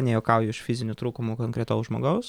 nejuokauju iš fizinių trūkumų konkretaus žmogaus